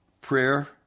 prayer